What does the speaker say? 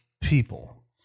people